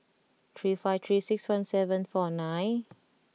three five three six one seven four nine